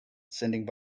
sending